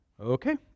Okay